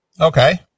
Okay